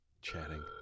Chatting